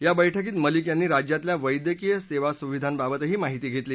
या बस्कीत मलिक यांनी राज्यातल्या वस्कीय सद्या सुविधांबाबतही माहिती घसली